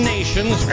Nations